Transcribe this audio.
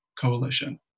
Coalition